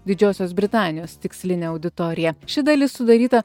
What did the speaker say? didžiosios britanijos tikslinę auditoriją ši dalis sudaryta